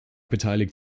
beteiligt